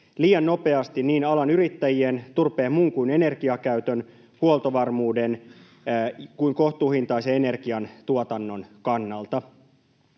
liian nopeasti niin alan yrittäjien, turpeen muun kuin energiakäytön, huoltovarmuuden kuin kohtuuhintaisen energiantuotannon kannalta.